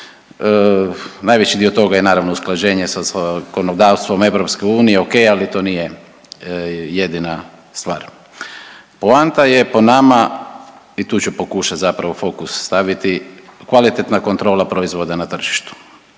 Najveći dio toga je naravno usklađivanje sa zakonodavstvom EU. O.k. Ali to nije jedina stvar. Poanta je po nama i tu ću pokušati zapravo fokus staviti kvalitetna kontrola proizvoda na tržištu.